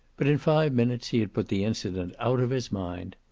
but in five minutes he had put the incident out of his mind.